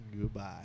Goodbye